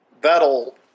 that'll